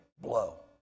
blow